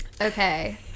Okay